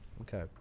Okay